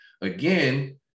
Again